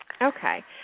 Okay